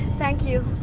thank you.